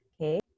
okay